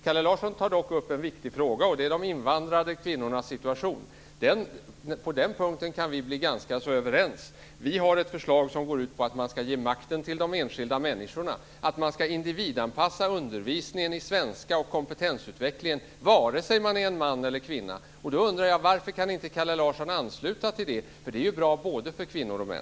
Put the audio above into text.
Kalle Larsson tog upp en viktig fråga, och det är de invandrade kvinnornas situation. På den punkten kan vi bli ganska så överens. Vi har ett förslag som går ut på att man ska ge makten till de enskilda människorna, att man ska individanpassa undervisningen i svenska och kompetensutvecklingen, vare sig det är fråga om en man eller en kvinna. Då undrar jag: Varför kan inte Kalle Larsson ansluta sig till det? Det är ju bra för både kvinnor och män.